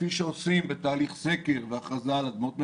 כפי שעושים בתהליך סקר והכרזה על אדמות מדינה,